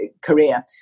career